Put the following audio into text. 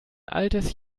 altes